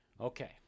Okay